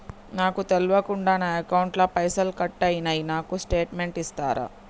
నాకు తెల్వకుండా నా అకౌంట్ ల పైసల్ కట్ అయినై నాకు స్టేటుమెంట్ ఇస్తరా?